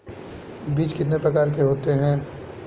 बीज कितने प्रकार के होते हैं?